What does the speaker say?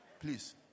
Please